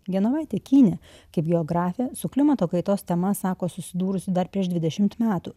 genovaitė kynė kaip geografė su klimato kaitos tema sako susidūrusi dar prieš dvidešimt metų